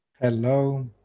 Hello